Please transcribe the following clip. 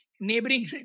neighboring